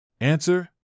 Answer